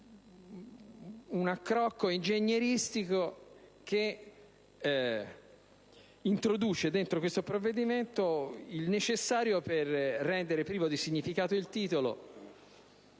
un accrocco ingegneristico che introduce al suo interno il necessario per rendere privo di significato il titolo